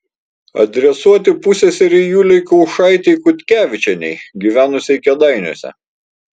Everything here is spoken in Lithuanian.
adresuoti pusseserei julei kaušaitei kutkevičienei gyvenusiai kėdainiuose